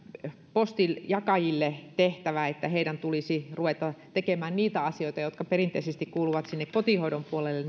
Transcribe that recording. postinjakajille tehtävä että heidän tulisi ruveta tekemään niitä asioita jotka perinteisesti kuuluvat kotihoidon puolelle